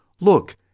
Look